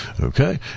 Okay